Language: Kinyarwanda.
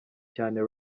cyane